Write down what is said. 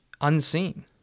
unseen